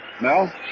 Mel